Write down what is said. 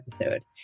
episode